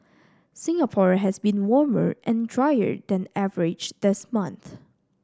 Singapore has been warmer and drier than average this month